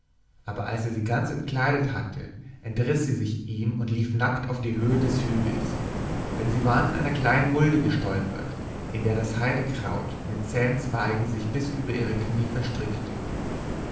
aber als er sie ganz entkleidet hatte entriß sie sich ihm und lief nackt auf die höhe des hügels denn sie waren in einer kleinen mulde gestolpert in der das heidekraut mit zähen zweigen sich bis über ihre knie verstrickte